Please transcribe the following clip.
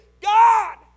God